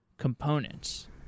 Components